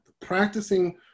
Practicing